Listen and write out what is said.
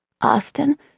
Austin